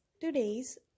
Today's